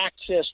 access